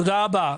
תודה רבה.